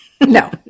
No